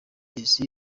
isi